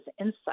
insight